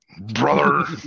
Brother